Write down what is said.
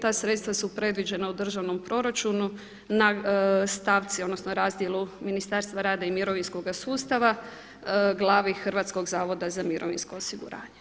Ta sredstva su predviđena u državnom proračunu na stavci, odnosno razdjelu Ministarstva rada i mirovinskog sustava, glavi Hrvatskog zavoda za mirovinsko osiguranje.